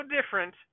different